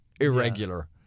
Irregular